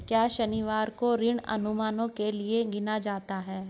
क्या शनिवार को ऋण अनुमानों के लिए गिना जाता है?